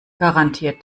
garantiert